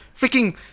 Freaking